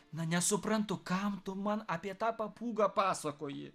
na nesuprantu kam tu man apie tą papūgą pasakoji